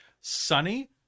sunny